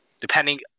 depending